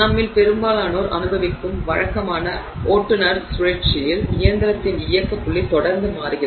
நம்மில் பெரும்பாலோர் அனுபவிக்கும் வழக்கமான ஓட்டுநர் சுழற்சியில் இயந்திரத்தின் இயக்க புள்ளி தொடர்ந்து மாறுகிறது